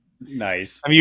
Nice